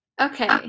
Okay